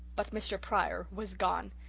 but mr. pryor was gone.